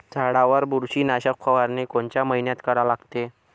झाडावर बुरशीनाशक फवारनी कोनच्या मइन्यात करा लागते?